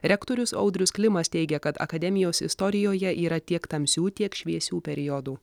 rektorius audrius klimas teigia kad akademijos istorijoje yra tiek tamsių tiek šviesių periodų